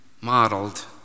modeled